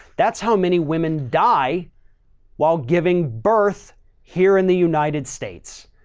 that's how many women die while giving birth here in the united states,